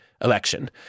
election